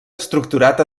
estructurat